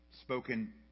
Spoken